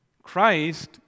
Christ